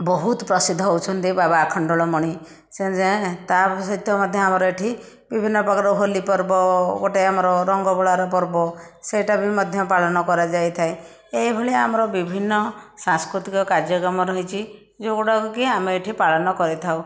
ବହୁତ ପ୍ରସିଦ୍ଧ ହେଉଛନ୍ତି ବାବା ଆଖଣ୍ଡଳମଣି ତା'ସହିତ ମଧ୍ୟ ଆମର ଏଠି ବିଭିନ୍ନ ପ୍ରକାର ହୋଲି ପର୍ବ ଗୋଟେ ଆମର ରଙ୍ଗ ବୋଳାର ପର୍ବ ସେଇଟା ବି ମଧ୍ୟ ପାଳନ କରାଯାଇଥାଏ ଏହି ଭଳିଆ ଆମର ବିଭିନ୍ନ ସାଂସ୍କୃତିକ କାର୍ଯ୍ୟକ୍ରମ ରହିଛି ଯେଉଁ ଗୁଡ଼ାକ କି ଆମେ ଏଠି ପାଳନ କରିଥାଉ